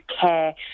care